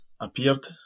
appeared